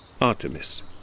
Artemis